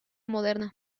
moderna